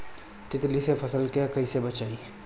तितली से फसल के कइसे बचाई?